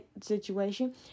situation